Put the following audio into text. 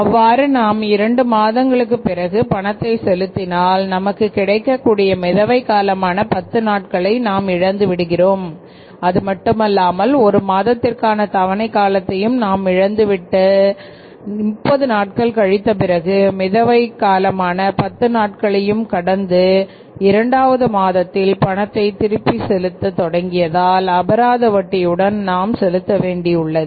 அவ்வாறு நாம் இரண்டு மாதங்களுக்குப் பிறகு பணத்தைச் செலுத்தினால் நமக்கு கிடைக்கக்கூடிய மிதவை காலமான பத்து நாட்களை நாம் இழந்து விடுகிறோம் அதுமட்டுமல்லாமல் ஒரு மாதத்திற்கான தவணை காலத்தையும் நாம் இழந்துவிட்ட 30 நாட்கள் கழித்த பிறகு மிதவை மிதவை காலமான 10 நாட்களையும் கடந்து இரண்டாவது மாதத்தில் பணத்தை திருப்பிச் செலுத்த தொடங்கியதால் அபராத வட்டியுடன் நாம் செலுத்த வேண்டியுள்ளது